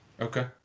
Okay